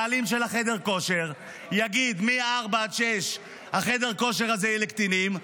בעלים של חדר הכושר יגיד שמ-16:00 עד 18:00 חדר הכושר הזה יהיה לקטינים,